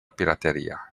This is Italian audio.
pirateria